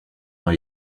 dans